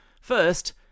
First